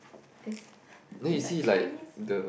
is is like Chinese